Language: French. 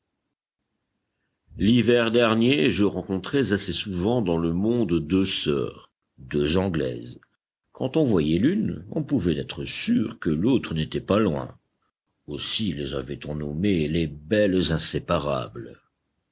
l'hiver dernier je rencontrais assez souvent dans le monde deux sœurs deux anglaises quand on voyait l'une on pouvait être sûr que l'autre n'était pas loin aussi les avait-on nommées les belles inséparables